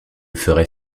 ferait